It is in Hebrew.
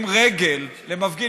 ששוברים רגל למפגין,